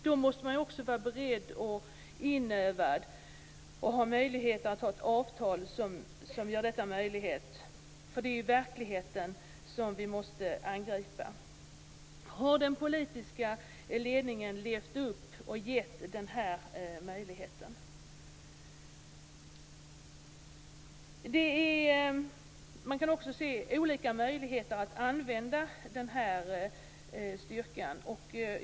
Då måste man också vara beredd och inövad. Man måste ha ett avtal som gör detta möjligt. För det är verkligheten vi måste angripa. Har den politiska ledningen levt upp till att ge den möjligheten? Man kan också se olika möjligheter att använda den här styrkan.